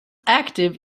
active